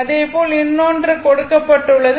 அதேபோல் இன்னொன்று கொடுக்கப்பட்டுள்ளது